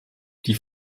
die